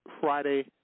Friday